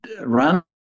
run